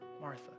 Martha